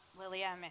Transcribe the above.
Lilia